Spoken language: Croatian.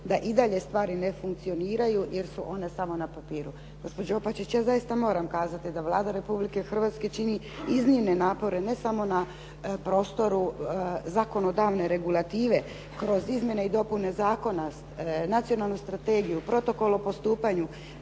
da i dalje stvari ne funkcioniraju jer su one samo na papiru. Gospođo Opačić, ja zaista moram kazati da Vlada Republike Hrvatske čini iznimne napore, ne samo na prostoru zakonodavne regulative kroz izmjene i dopune zakona, nacionalnu strategiju, protokol o postupanju,